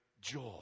joy